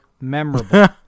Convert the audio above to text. memorable